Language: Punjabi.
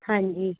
ਹਾਂਜੀ